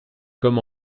comme